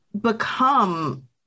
become